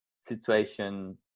situation